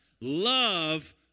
Love